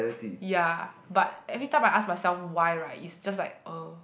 ya but everytime I ask myself why right it's just like uh